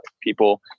people